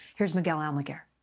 here's miguel almaguer.